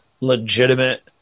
legitimate